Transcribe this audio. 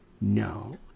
No